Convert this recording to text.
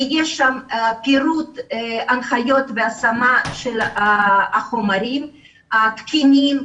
יש שם פירוט הנחיות והשמה של החומרים התקינים.